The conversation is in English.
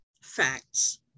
facts